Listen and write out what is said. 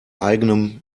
eigenem